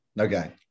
Okay